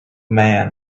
man